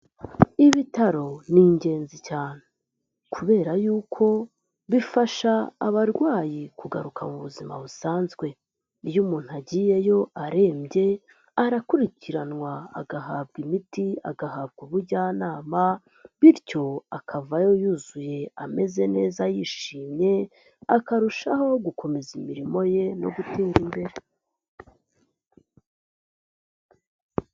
Ibitaro ni ingenzi cyane kubera y'uko bifasha abarwayi kugaruka mu buzima busanzwe. Iyo umuntu agiyeyo arembye arakurikiranwa, agahabwa imiti, agahabwa ubujyanama bityo akavayo yuzuye, ameze neza yishimye akarushaho gukomeza imirimo ye no gutera imbere.